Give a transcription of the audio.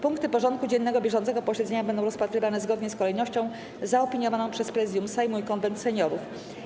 Punkty porządku dziennego bieżącego posiedzenia będą rozpatrywane zgodnie z kolejnością zaopiniowaną przez Prezydium Sejmu i Konwent Seniorów.